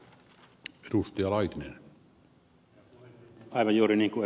aivan juuri niin kuin ed